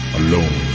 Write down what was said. alone